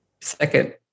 second